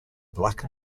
black